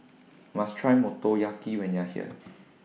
YOU must Try Motoyaki when YOU Are here